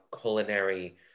culinary